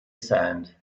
sand